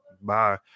Bye